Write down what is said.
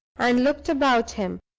and looked about him,